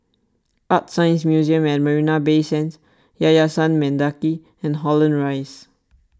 ArtScience Museum at Marina Bay Sands Yayasan Mendaki and Holland Rise